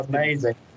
Amazing